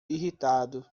irritado